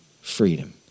Freedom